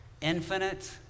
Infinite